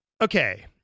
Okay